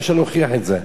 קשה מאוד להוכיח.